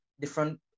different